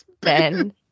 Ben